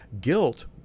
Guilt